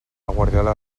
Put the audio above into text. guardiola